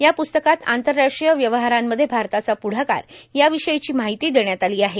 या प्रस्तकात आंतरराष्ट्रीय व्यवहारांमध्ये भारताचा पुढाकार र्याविषयीची र्माहिती देण्यात आलो आहे